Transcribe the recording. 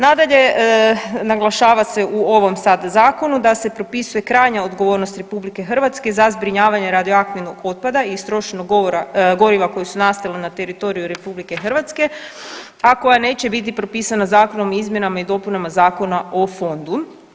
Nadalje, naglašava se u ovom sad zakonu da se propisuje krajnja odgovornost RH za zbrinjavanje radioaktivnog otpada i istrošenog goriva koji su nastali na teritoriju RH, a koja neće biti propisana Zakonom o izmjenama i dopunama Zakona o fondu.